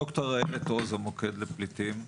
אוקיי, אז ד"ר איילת עוז, המוקד לפליטים ולמהגרים.